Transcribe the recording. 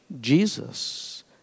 Jesus